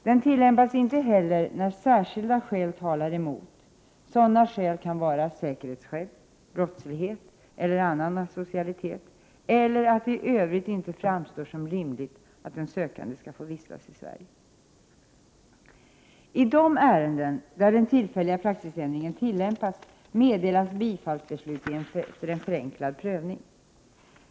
Den tillämpas inte heller när särskilda skäl talar mot det. Sådana skäl kan vara säkerhetsskäl, brottslighet eller annan asocialitet eller att det i övrigt inte framstår som rimligt att den sökande skall få vistas i Sverige. I de ärenden där den tillfälliga praxisändringen tillämpas meddelas bifallsbeslut efter en förenklad prövning.